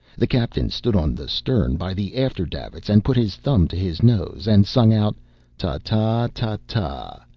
the captain stood on the stern, by the after-davits, and put his thumb to his nose and sung out ta-ta! ta-ta!